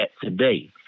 today